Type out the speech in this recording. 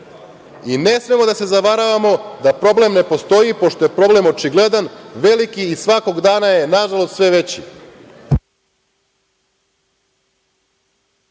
i ne smemo da se zavaravamo da problem ne postoji, pošto je problem očigledan, veliki i svakog dana je, nažalost, sve veći.